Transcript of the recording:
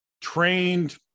trained